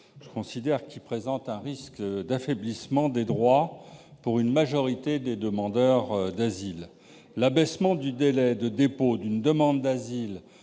Je considère en effet qu'il présente un risque d'affaiblissement des droits pour une majorité des demandeurs d'asile. Ainsi, l'abaissement du délai de dépôt d'une demande d'asile